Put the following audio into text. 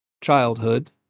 childhood